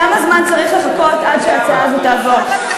כמה זמן צריך לחכות עד שההצעה הזאת תעבור?